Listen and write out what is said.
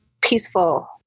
peaceful